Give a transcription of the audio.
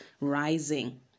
rising